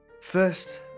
First